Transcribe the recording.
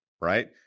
Right